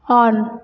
on